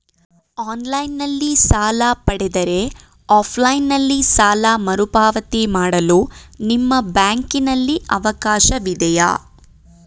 Online ನಲ್ಲಿ ಸಾಲ ಪಡೆದರೆ ಆಫ್ಲೈನ್ ನಲ್ಲಿ ಸಾಲ ಮರುಪಾವತಿ ಮಾಡಲು ನಿಮ್ಮ ಬ್ಯಾಂಕಿನಲ್ಲಿ ಅವಕಾಶವಿದೆಯಾ?